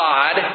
God